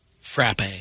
frappe